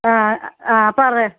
ആ ആ പറ